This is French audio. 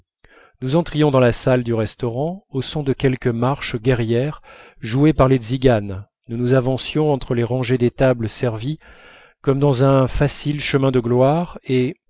nous entrions dans la salle du restaurant aux sons de quelque marche guerrière jouée par les tziganes nous nous avancions entre les rangées de tables servies comme dans un facile chemin de gloire et